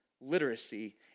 literacy